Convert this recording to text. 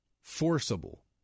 forcible